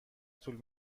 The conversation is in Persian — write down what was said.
طول